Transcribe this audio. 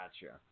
gotcha